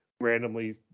randomly